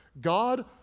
God